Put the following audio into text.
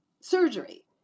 surgery